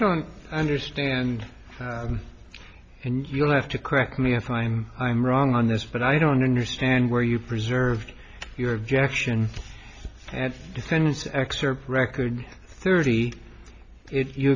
don't understand and you'll have to correct me if i'm wrong on this but i don't understand where you preserved your objection defense excerpt record thirty if you